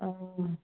आं